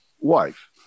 wife